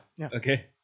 okay